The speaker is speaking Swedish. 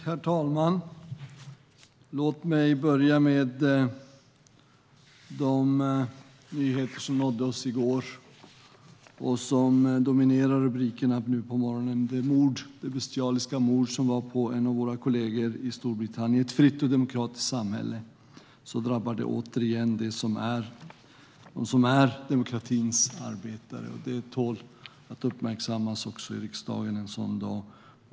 Herr talman! Låt mig börja med de nyheter som nådde oss i går och som dominerar rubrikerna nu på morgonen, nämligen det bestialiska mordet på en av våra kollegor i Storbritannien. I ett fritt och demokratiskt samhälle drabbas återigen dem som är demokratins arbetare. Detta tål att uppmärksammas också i riksdagen en dag som denna.